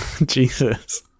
Jesus